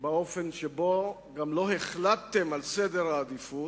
באופן שבו גם לא החלטתם על סדר העדיפויות,